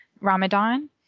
Ramadan